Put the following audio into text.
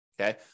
Okay